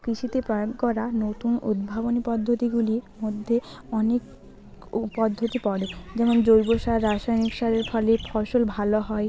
কৃষিতে প্রয়োগ করা নতুন উদ্ভাবনী পদ্ধতিগুলির মধ্যে অনেক উপদ্ধতি পড়ে যেমন জৈব সার রাসায়নিক সারের ফলে ফসল ভালো হয়